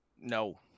No